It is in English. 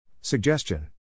Suggestion